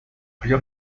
آیا